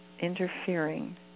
interfering